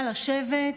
נא לשבת.